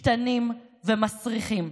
קטנים ומסריחים.